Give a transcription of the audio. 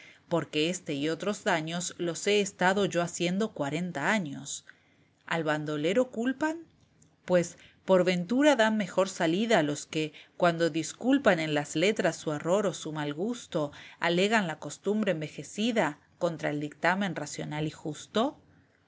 porque este y otros daños los he estado yo haciendo cuarenta años al bandolero culpan pues por ventura dan mejor salida los que cuando disculpan en las letras su error o su mal gusto alegan la costumbre envejecida contra el dictamen racional y justo